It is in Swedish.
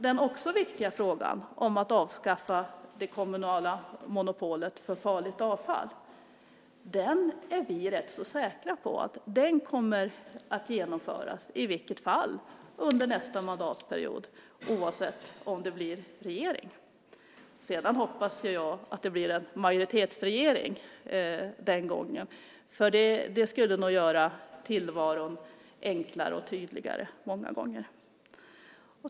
Den viktiga frågan om att avskaffa det kommunala monopolet för farligt avfall är vi rätt så säkra på kommer att genomföras ändå under nästa mandatperiod, oavsett regering. Jag hoppas ju att det blir en majoritetsregering den här gången, för det skulle nog göra tillvaron enklare och tydligare.